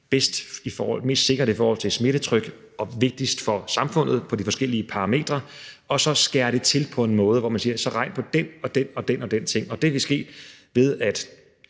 mest sikkert i forhold til smittetrykket og vigtigst for samfundet på de forskellige parametre, og så skære det til på en måde, hvor man siger, at der skal regnes på den og den ting. Og det kan ske, ved at